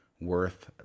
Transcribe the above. worth